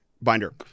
Binder